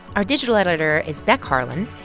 our digital editor is beck harlan.